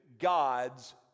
God's